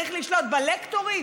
צריך לשלוט בלקטורים?